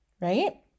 Right